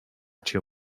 cię